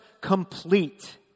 complete